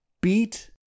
beat